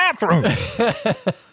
bathroom